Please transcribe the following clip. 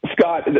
scott